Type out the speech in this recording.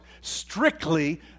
strictly